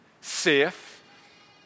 Safe